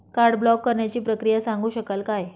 Card block करण्याची प्रक्रिया सांगू शकाल काय?